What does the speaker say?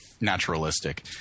naturalistic